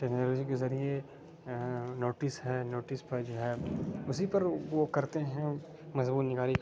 technology کے ذریعے notes ہے نوٹس پر جو ہے اسی پر وہ کرتے ہیں مضمون نگاری